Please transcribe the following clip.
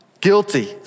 Guilty